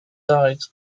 died